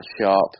sharp